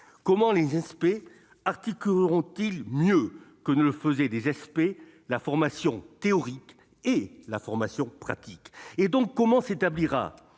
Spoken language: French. Comment les Inspé articuleront-ils mieux que ne le faisaient les ÉSPÉ la formation théorique et la formation pratique ? Comment s'établira